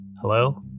hello